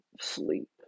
sleep